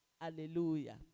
Hallelujah